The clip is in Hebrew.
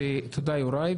תודה יוראי.